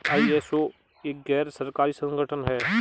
ISO एक गैर सरकारी संगठन है